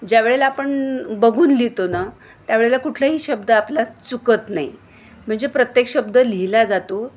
ज्यावेळेला आपण बघून लिहितो ना त्यावेळेला कुठलाही शब्द आपला चुकत नाही म्हणजे प्रत्येक शब्द लिहिला जातो